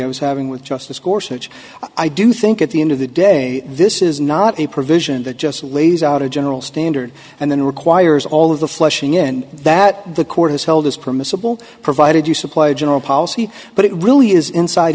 i was having with justice course which i do think at the end of the day this is not a provision that just lays out a general standard and then requires all of the fleshing in that the court has held is permissible provided you supply a general policy but it really is inside